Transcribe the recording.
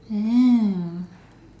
!woo!